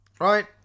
right